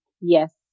Yes